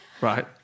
right